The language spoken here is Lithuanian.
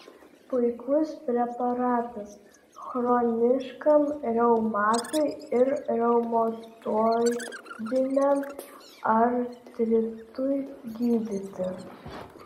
puikus preparatas chroniškam reumatui ir reumatoidiniam artritui gydyti